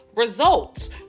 results